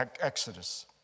Exodus